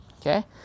Okay